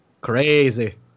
crazy